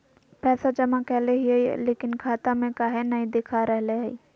पैसा जमा कैले हिअई, लेकिन खाता में काहे नई देखा रहले हई?